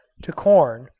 to corn,